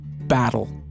battle